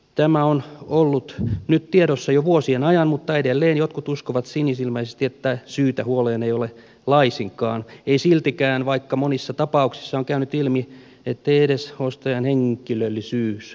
tämä on ollut nyt tiedossa jo vuosien ajan mutta edelleen jotkut uskovat sinisilmäisesti että syytä huoleen ei ole laisinkaan ei siltikään vaikka monissa tapauksissa on käynyt ilmi ettei edes ostajan henkilöllisyys ole selvillä